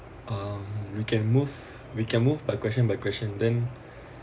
um we can move we can move by question by question then